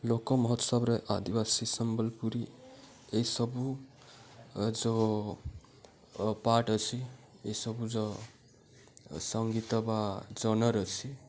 ଲୋକ ମହୋତ୍ସବରେ ଆଦିବାସୀ ସମ୍ବଲପୁରୀ ଏସବୁ ଯେଉଁ ପାଠ୍ ଅଛି ଏସବୁ ଯେଉଁ ସଙ୍ଗୀତ ବା ଜନର୍ ଅଛି